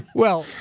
well,